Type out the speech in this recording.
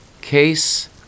Case